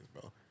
bro